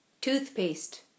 Toothpaste